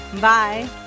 Bye